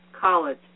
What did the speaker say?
College